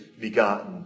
begotten